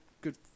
good